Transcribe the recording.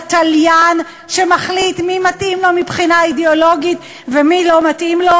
לתליין שמחליט מי מתאים לו מבחינה אידיאולוגית ומי לא מתאים לו.